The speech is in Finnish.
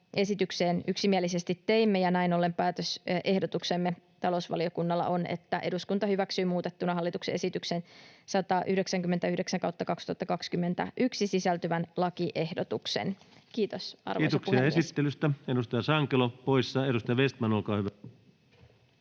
esitykseen yksimielisesti teimme. Näin ollen päätösehdotuksemme talousvaliokunnassa on, että eduskunta hyväksyy muutettuna hallituksen esitykseen 199/2021 sisältyvän lakiehdotuksen. — Kiitos, arvoisa puhemies. [Speech 223] Speaker: Ensimmäinen varapuhemies